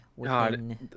God